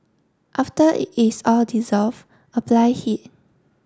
after it is all dissolve apply heat